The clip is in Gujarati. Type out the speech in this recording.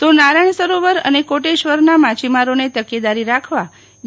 તો નારથણ સરોવર અને કોટેશ્વરના માછીમારોને તકેદારી રાખવા બી